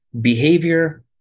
Behavior